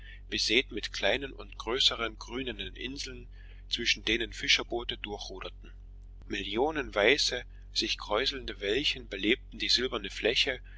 besät mit kleinen und größeren grünenden inseln zwischen denen fischerboote hindurchruderten millionen weiße sich kräuselnde wellchen belebten die silberne fläche